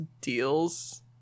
deals